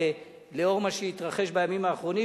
לאור מה שהתרחש בימים האחרונים,